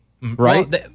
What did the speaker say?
Right